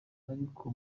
ariko